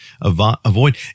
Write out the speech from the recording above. avoid